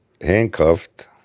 handcuffed